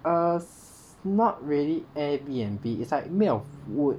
err not really airbnb is like made of wood